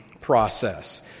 process